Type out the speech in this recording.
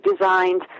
designed